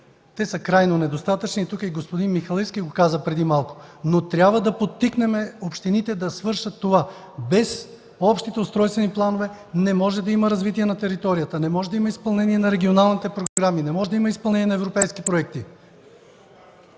Те са крайно недостатъчни. Тук и господин Михалевски го каза преди малко. Но трябва да подтикнем общините да свършат това. Без общите устройствени планове не може да има развитие на територията, не може да има изпълнение на регионалните програми, не може да има изпълнение на европейски проекти.